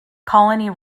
colony